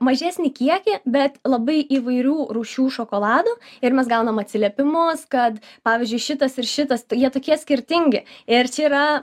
mažesnį kiekį bet labai įvairių rūšių šokolado ir mes gaunam atsiliepimus kad pavyzdžiui šitas ir šitas jie tokie skirtingi ir čia yra